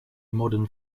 modern